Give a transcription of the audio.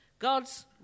God's